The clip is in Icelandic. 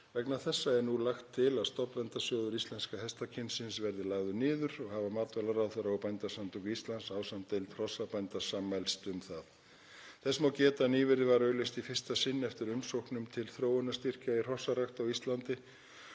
Vegna þessa er nú lagt til að stofnverndarsjóður íslenska hestakynsins verði lagður niður og hafa matvælaráðherra og Bændasamtök Íslands ásamt deild hrossabænda sammælst um það. Þess má geta að nýverið var auglýst í fyrsta sinn eftir umsóknum til þróunarstyrkja í hrossarækt á Íslandi